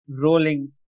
rolling